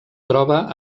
troba